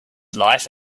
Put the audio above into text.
life